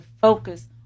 focus